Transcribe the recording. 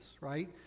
right